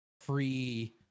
free